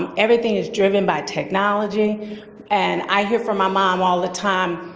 um everything is driven by technology and i hear from my mom all the time,